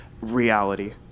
reality